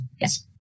Yes